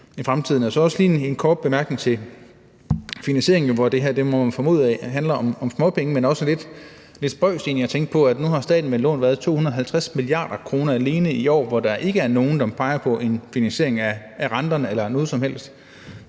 en kort bemærkning til finansieringen, hvor man må formode, at det her handler om småpenge. Men det er egentlig også lidt spøjst at tænke på, at nu har staten vel lånt, hvad, 250 mia. kr. alene i år, hvor der ikke er nogen, der peger på en finansiering af renterne eller noget som helst.